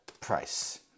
price